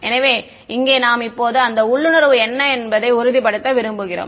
எனவே இங்கே நாம் இப்போது அந்த உள்ளுணர்வு hm என்பதை உறுதிப்படுத்த விரும்புகிறோம்